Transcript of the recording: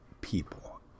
people